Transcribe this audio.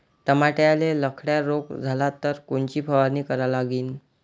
टमाट्याले लखड्या रोग झाला तर कोनची फवारणी करा लागीन?